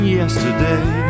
yesterday